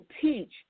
teach